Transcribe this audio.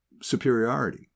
superiority